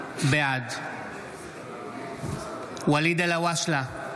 בעד ואליד אלהואשלה,